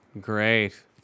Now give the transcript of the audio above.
Great